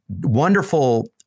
wonderful